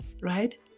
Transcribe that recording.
Right